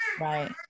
Right